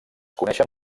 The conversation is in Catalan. coneixen